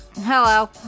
Hello